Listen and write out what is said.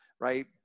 right